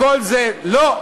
הכול זה: לא,